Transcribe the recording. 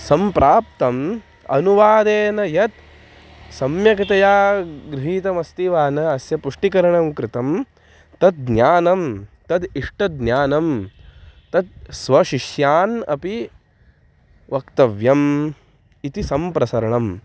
सम्प्राप्तम् अनुवादेन यत् सम्यक्तया गृहीतमस्ति वा न अस्य पुष्टिकरणं कृतं तद् ज्ञानं तद् इष्टज्ञानं तत् स्वशिष्यान् अपि वक्तव्यम् इति सम्प्रसारणम्